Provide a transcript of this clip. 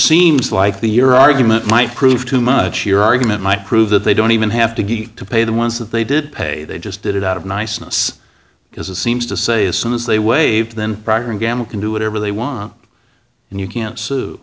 seems like the your argument might prove too much your argument might prove that they don't even have to be to pay the ones that they did pay they just did it out of niceness because it seems to say as soon as they waived then gamma can do whatever they want and you can't sue